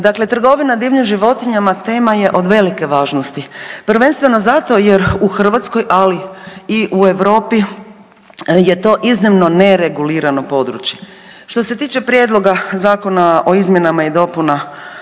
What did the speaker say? dakle trgovina divljim životinjama tema je od velike važnosti. Prvenstveno zato jer u Hrvatskoj ali i u Europi je to iznimno neregulirano područje. Što se tiče prijedloga Zakona o izmjenama i dopunama